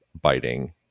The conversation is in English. biting